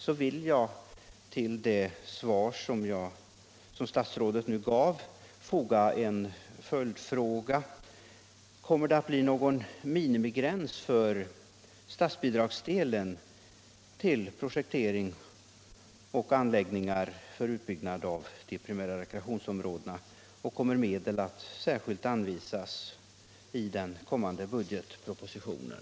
Med anledning av det svar som statsrådet nu gav vill jag därför ställa en följdfråga: Kommer det att bli någon minimigräns för statsbidragsdelen till projektering och anläggningar för utbyggnad av de primära rekreationsområdena, och kommer medel att särskilt anvisas i budgetpropositionen 1976?